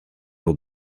will